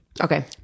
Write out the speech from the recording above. Okay